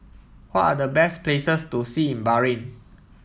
what are the best places to see in Bahrain